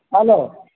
hello